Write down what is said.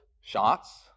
shots